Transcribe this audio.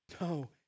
No